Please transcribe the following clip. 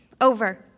over